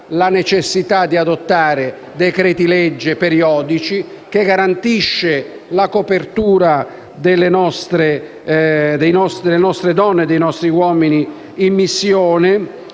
la necessità di adottare decreti-legge periodici, che garantisce la copertura delle nostre donne e dei nostri uomini in missione